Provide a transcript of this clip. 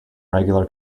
regular